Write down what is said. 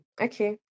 okay